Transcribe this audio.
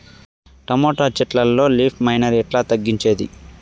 Tomato చెట్లల్లో leaf miner ఎట్లా తగ్గించేది?